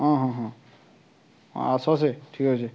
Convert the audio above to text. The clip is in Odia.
ହଁ ହଁ ହଁ ହଁ ଆସ ଠିକ୍ ଅଛେ